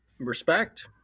Respect